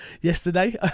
yesterday